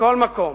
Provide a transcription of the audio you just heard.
מכל מקום,